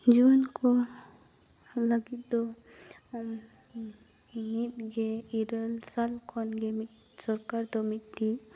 ᱡᱩᱣᱟᱹᱱ ᱠᱚ ᱞᱟᱹᱜᱤᱫ ᱫᱚ ᱢᱤᱫ ᱜᱮᱞ ᱤᱨᱟᱹᱞ ᱥᱟᱞ ᱠᱷᱚᱱ ᱜᱮ ᱢᱤᱫ ᱥᱚᱨᱠᱟᱨ ᱫᱚ ᱢᱤᱫᱴᱤᱡ